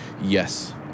yes